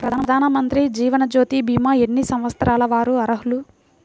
ప్రధానమంత్రి జీవనజ్యోతి భీమా ఎన్ని సంవత్సరాల వారు అర్హులు?